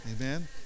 Amen